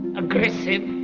aggressive,